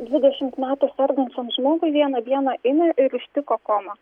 dvidešimt metų sergančiam žmogui vieną dieną ėmė ir ištiko koma